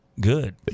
good